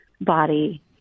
body